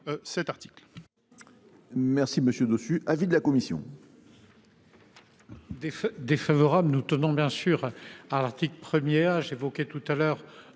cet article.